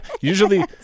usually